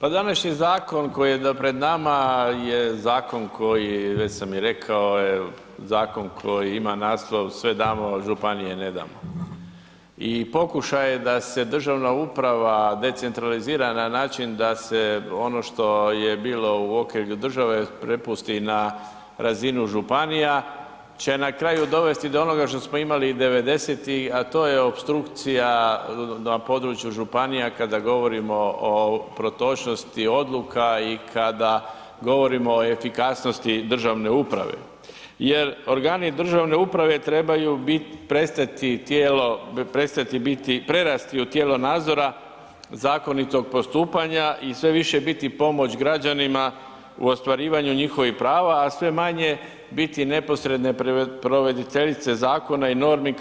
Pa današnji zakon koji je pred nama je zakon koji već sam rekao je zakon koji ima naslov „Sve damo, županije ne damo“ i pokušaj da se državna uprava decentralizira na način da se ono što je bilo u okrilju države, prepusti na razinu županija će na kraju dovesti do onoga što imali 90-ih a to je opstrukcija na području županija kada govorimo o protočnosti odluka i kada govorimo o efikasnosti državne uprave jer organi državne uprave trebaju prerasti u tijelo nadzora, zakonitog postupanja i sve više biti pomoć građanima u ostvarivanju njihovih prava a sve manje viti neposredna provoditeljica zakona i normi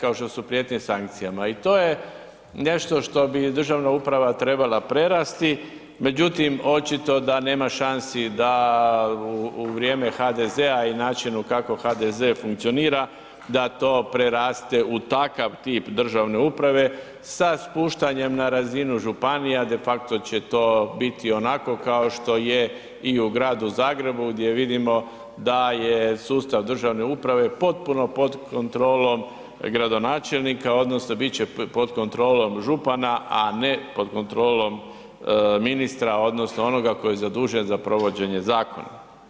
kao što su prijetnje sankcijama i to je nešto što bi državna uprava trebala prerasti međutim očito da nema šansi da u vrijeme HDZ-a i načinu kako HDZ funkcionira, da to preraste u takav tip državne uprave sa spuštanjem na razinu županija de facto će to biti onako kao što je i u gradu Zagrebu gdje vidimo da je sustav državne uprave potpuno pod kontrolom gradonačelnika odnosno bit će pod kontrolom župana a ne pod kontrolom ministra odnosno onoga tko je zadužen za provođenje zakona.